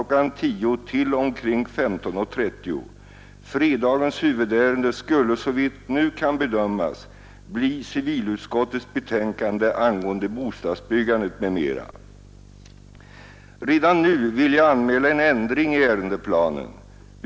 10.00 till omkring kl. 15.30. Fredagens huvudärende skulle såvitt nu kan bedömas bli civilutskottets betänkande angående bostadsbyggandet m.m. Redan nu vill jag anmäla en ändring i ärendeplanen.